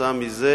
וכתוצאה מזה